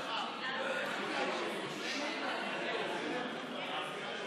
הרווחה והבריאות נתקבלה.